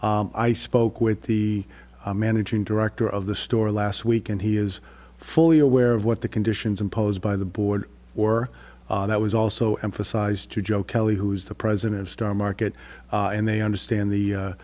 i spoke with the managing director of the store last week and he is fully aware of what the conditions imposed by the board or that was also emphasized to joe kelly who is the president of star market and they understand the